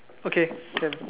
okay can